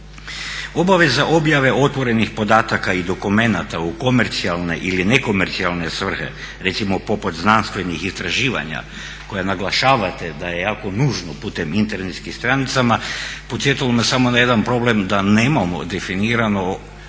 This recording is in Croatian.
Obaveza objave otvorenih podataka i dokumenata u komercijalne ili nekomercijalne svrhe, recimo poput znanstvenih istraživanja koja naglašavate da je jako nužno putem internetskim stranicama. Podsjetilo me samo na jedan problem da nemamo definirano rok čuvanja